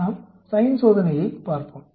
நாம் சைன் சோதனையைப் பார்ப்போம்